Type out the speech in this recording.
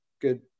good